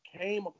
came